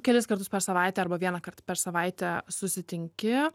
kelis kartus per savaitę arba vienąkart per savaitę susitinki